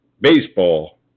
baseball